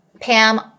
Pam